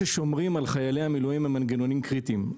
המנגנונים ששומרים על חיילים המילואים הם מנגנונים קריטיים.